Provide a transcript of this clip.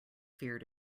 fear